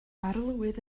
arlywydd